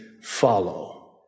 follow